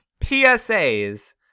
PSAs